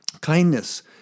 Kindness